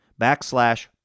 backslash